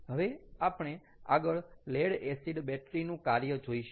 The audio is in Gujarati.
હવે આપણે આગળ લેડ એસિડ બેટરી નું કાર્ય જોઈશું